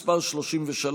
מס' 33,